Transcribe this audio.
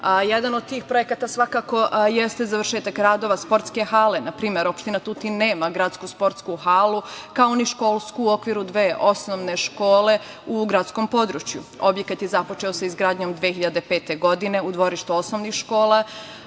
Jedan od tih projekata svakako jeste završetak radova sportske hale. Na primer, opština Tutin nema gradsku sportsku halu, kao ni školsku u okviru dve osnovne škole u gradskom području. Objekat je započeo sa izgradnjom 2005. godine u dvorištu osnovnih škola,